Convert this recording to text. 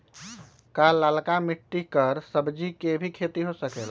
का लालका मिट्टी कर सब्जी के भी खेती हो सकेला?